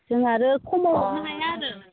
जोंहा आरो खमाव हरनो हाया आरो